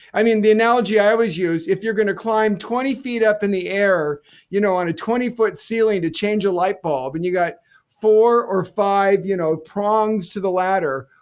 i mean the analogy i always use, if you're going to climb twenty feet up in the air you know on a twenty foot ceiling to change a light bulb and you've got four or five you know prongs to the ladder,